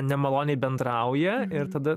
nemaloniai bendrauja ir tada